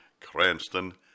Cranston